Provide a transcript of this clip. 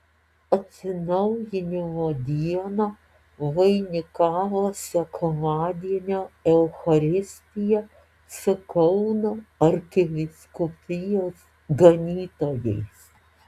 atsinaujinimo dieną vainikavo sekmadienio eucharistija su kauno arkivyskupijos ganytojais